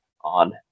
on